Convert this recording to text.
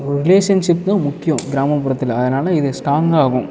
relationship தான் முக்கியம் கிராமப்புறத்தில் அதனால் இது ஸ்டாங்காகும்